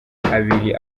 abiri